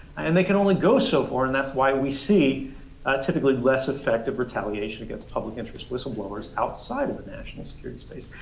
and they can only go so far and that's why we see typically less effective retaliation against public-interest whistleblowers outside of the national security space.